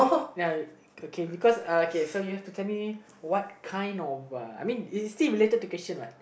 ya okay because uh okay so you have to tell me what kind of a I mean is he related to christian what